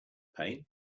pain